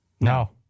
No